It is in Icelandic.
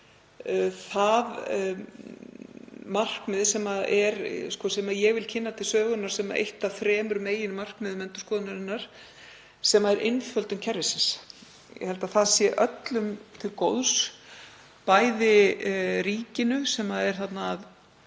það markmið sem ég vil kynna til sögunnar sem eitt af þremur meginmarkmiðum endurskoðunarinnar, sem er einföldun kerfisins. Ég held að það sé öllum til góðs, bæði ríkinu, sem er þarna að